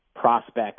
prospects